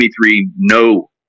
no